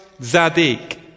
Zadik